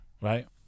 Right